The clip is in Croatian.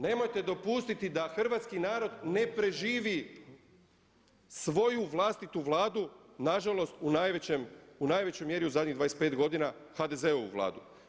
Nemojte dopustiti da hrvatski narod ne preživi svoju vlastitu Vladu, nažalost u najvećoj mjeri u zadnjih 25 godina HDZ-ovu Vladu.